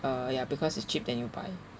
uh ya because it's cheap then you buy